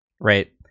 right